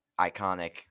iconic